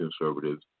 conservatives